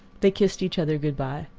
they kissed each other good-by.